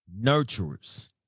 nurturers